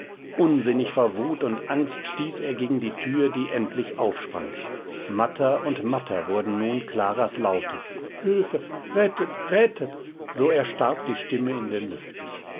unsinnig vor wut und angst stieß er gegen die tür die endlich aufsprang matter und matter wurden nun claras laute hülfe rettet rettet so erstarb die stimme in den lüften